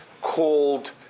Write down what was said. called